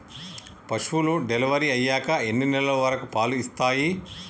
పశువులు డెలివరీ అయ్యాక ఎన్ని నెలల వరకు పాలు ఇస్తాయి?